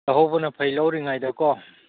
ꯂꯧꯍꯧꯕꯅ ꯐꯩ ꯂꯧꯔꯤꯉꯩꯗꯀꯣ